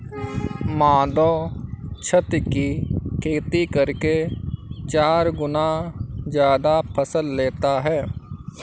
माधव छत की खेती करके चार गुना ज्यादा फसल लेता है